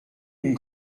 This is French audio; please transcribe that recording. une